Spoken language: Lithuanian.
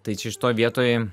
tai čia šitoj vietoj